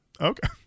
Okay